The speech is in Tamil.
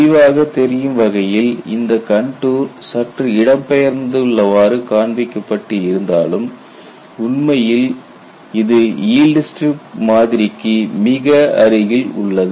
தெளிவாக தெரியும் வகையில் இந்த கண்டூர் சற்று இடம்பெயர்ந்துள்ளவாறு காண்பிக்கப்பட்டு இருந்தாலும் உண்மையில் இது ஈல்ட் ஸ்ட்ரிப் மாதிரிக்கு மிக அருகில் உள்ளது